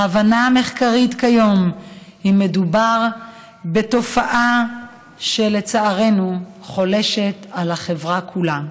ההבנה המחקרית כיום היא שמדובר בתופעה שלצערנו חולשת על החברה כולה.